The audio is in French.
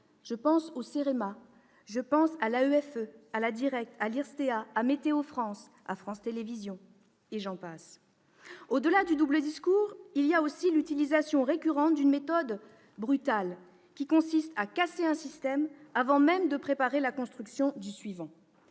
je pense à l'AEFE ; je pense aussi à la DIRECCTE, à l'IRSTEA, à Météo France, à France Télévisions, et j'en passe. Au-delà du double discours, il y a aussi l'utilisation récurrente d'une méthode brutale qui consiste à casser un système avant même de préparer la construction du suivant.